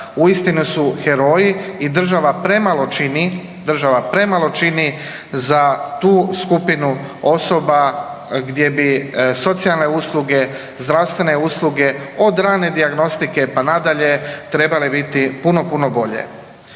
i država premalo čini, država premalo čini za tu skupinu osoba gdje bi socijalne usluge, zdravstvene usluge od rane dijagnostike pa nadalje trebale biti puno, puno bolje.